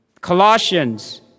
Colossians